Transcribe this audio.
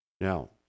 Now